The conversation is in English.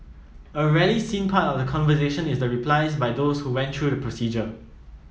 a rarely seen part of the conversation is the replies by those who went through the procedure